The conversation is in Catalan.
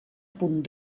punt